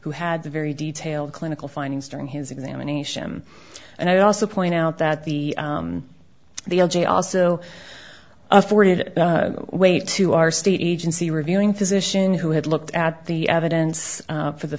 who had very detailed clinical findings during his examination and i also point out that the the l g also afforded weight to our state agency reviewing physician who had looked at the evidence for the